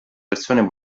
persone